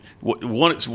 One